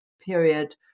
period